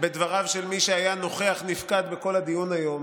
דווקא בדבריו של מי שהיה נוכח-נפקד בכל הדיון היום,